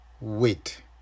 wait